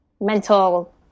mental